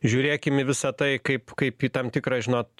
žiūrėkim į visą tai kaip kaip į tam tikrą žinot